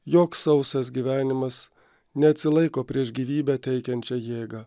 joks sausas gyvenimas neatsilaiko prieš gyvybę teikiančią jėgą